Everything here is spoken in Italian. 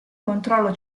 controllo